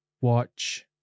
watch